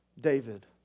David